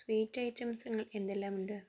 sweet items എന്തെല്ലാമുണ്ട്